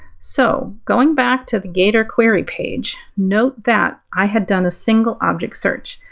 so, going back to the gator query page, note that i had done a single object search.